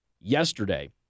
yesterday